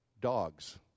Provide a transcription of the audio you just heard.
dogs